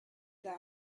them